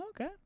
okay